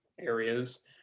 areas